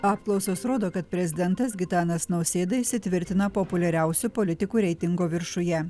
apklausos rodo kad prezidentas gitanas nausėda įsitvirtina populiariausių politikų reitingo viršuje